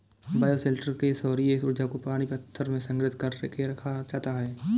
bioshelter में सौर्य ऊर्जा को पानी पत्थर में संग्रहित कर के रखा जाता है